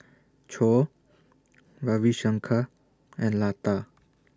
Choor Ravi Shankar and Lata